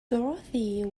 dorothy